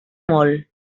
mol